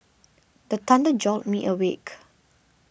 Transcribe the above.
the thunder jolt me awake